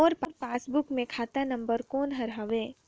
मोर passbook मे खाता number कोन हर हवे?